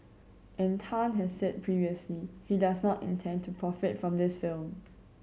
and Tan has said previously he does not intend to profit from this film